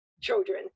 children